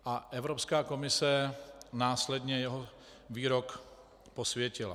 A Evropská komise následně jeho výrok posvětila.